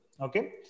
Okay